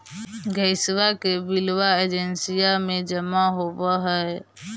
गैसवा के बिलवा एजेंसिया मे जमा होव है?